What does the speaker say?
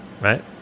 right